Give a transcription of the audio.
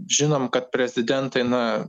žinom kad prezidentai na